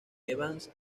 evans